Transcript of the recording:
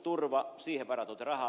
muutosturva siihen varatut rahat